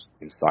inside